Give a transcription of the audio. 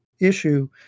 issue